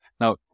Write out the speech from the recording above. Now